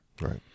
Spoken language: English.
Right